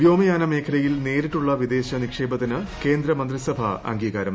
വ്യോമയാന മേഖലയിൽ നേരിട്ടുളള വിദേശ നിക്ഷേപത്തിന് കേന്ദ്രമന്ത്രിസഭ അംഗീകാരം